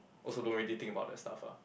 also don't really think about that stuff ah